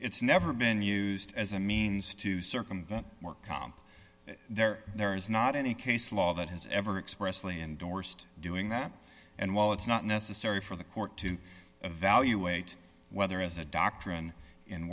it's never been used as a means to circumvent work comp there there is not any case law that has ever expressly endorsed doing that and while it's not necessary for the court to evaluate whether as a doctrine in